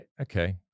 Okay